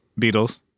Beatles